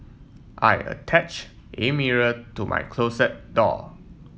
I attach a mirror to my closet door